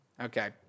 okay